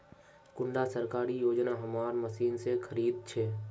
कुंडा सरकारी योजना हमार मशीन से खरीद छै?